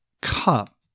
cup